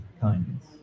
kindness